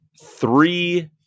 three